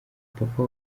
papa